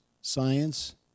Science